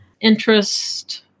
interest